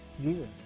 Jesus